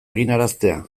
eginaraztea